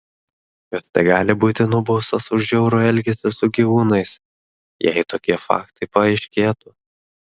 jos tegali būti nubaustos už žiaurų elgesį su gyvūnais jei tokie faktai paaiškėtų